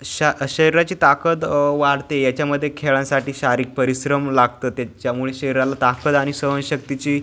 शा शरीराची ताकद वाढते याच्यामध्ये खेळांसाठी शारिरीक परिश्रम लागतं तेच्यामुळे शरीराला ताकद आणि सहनशक्तीची